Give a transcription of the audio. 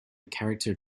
character